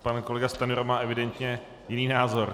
Pan kolega Stanjura má evidentně jiný názor.